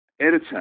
editor